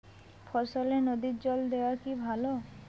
ফসলে নদীর জল দেওয়া কি ভাল?